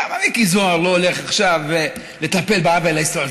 למה מיקי זוהר לא הולך עכשיו לטפל בעוול ההיסטורי?